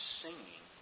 singing